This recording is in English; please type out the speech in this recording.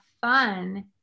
fun